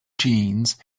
jeans